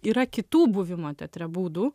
yra kitų buvimo teatre būdų